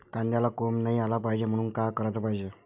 कांद्याला कोंब नाई आलं पायजे म्हनून का कराच पायजे?